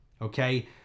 okay